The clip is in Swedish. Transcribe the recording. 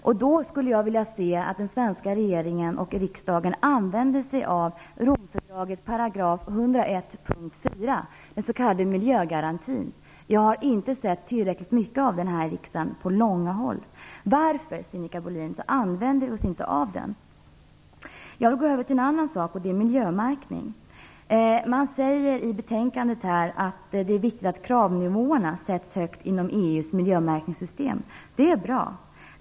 Därför skulle jag vilja se att den svenska regeringen och riksdagen använder sig av § 101, punkten 4 i Romfördraget, den s.k. miljögarantin. Jag har inte på långt när sett tillräckligt mycket av den här i riksdagen. Varför, Sinikka Bohlin, använder vi oss inte av den? Jag går så över till miljömärkningen. Man säger i betänkandet att det är viktigt att kravnivåerna sätts högt inom EU:s miljömärkningssystem. Det är bra.